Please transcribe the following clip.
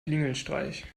klingelstreich